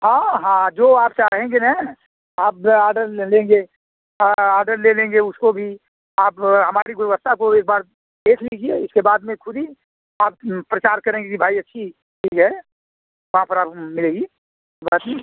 हाँ हाँ जो आप चाहेंगे ना आपसे आडर लेंगे आडर ले लेंगे उसको भी आप हमारी गुणवत्ता को एक बार देख लीजिए इसके बाद में खुद ही आप प्रचार करेंगे कि भाई अच्छी चीज है मिलेगी बाकी